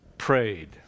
prayed